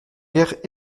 guère